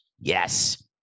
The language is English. Yes